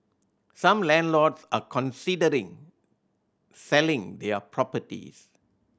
some landlords are considering selling their properties